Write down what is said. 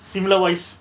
similar voice